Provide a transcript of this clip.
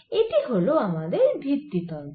এটি হল আমাদের ভিত্তি তন্ত্র